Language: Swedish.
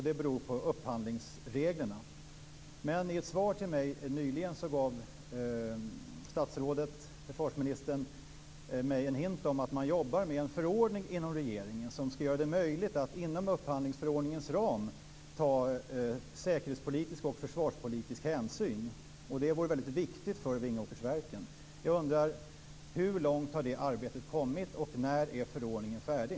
Det beror på upphandlingsreglerna. I ett svar till mig nyligen gav försvarsministern en hint om att man jobbar med en förordning inom regeringen som ska göra det möjligt att inom upphandlingsförordningens ram ta säkerhetspolitiska och försvarspolitiska hänsyn. Det vore väldigt viktigt för Vingåkersverken. Jag undrar: Hur långt har det arbetet kommit och när är förordningen färdig?